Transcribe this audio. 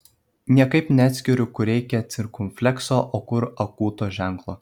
niekaip neatskiriu kur reikia cirkumflekso o kur akūto ženklo